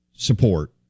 Support